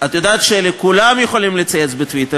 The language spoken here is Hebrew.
את יודעת שכולם יכולים לצייץ בטוויטר,